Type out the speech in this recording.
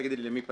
תגידי למי פנית,